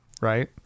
right